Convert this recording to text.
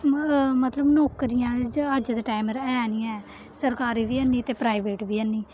मतलब नौकरियां अज्ज दे टैम ते ऐ निं ऐ सरकारी बी है निं ते प्राईवेट बी है निं